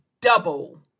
double